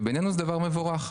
ובעינינו זה דבר מבורך.